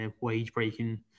wage-breaking